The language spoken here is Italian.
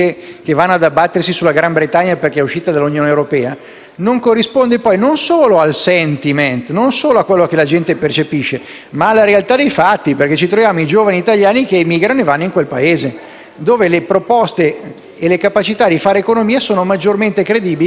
non corrisponde non solo al *sentiment*, a quello che la gente percepisce, ma alla realtà dei fatti, perché i giovani italiani emigrano e vanno in quel Paese, dove le proposte e le capacità di fare economia sono maggiormente credibili rispetto a quello che il Governo riesce a fare in Italia.